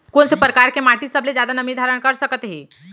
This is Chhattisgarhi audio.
कोन से परकार के माटी सबले जादा नमी धारण कर सकत हे?